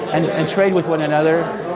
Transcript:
and and trade with one another,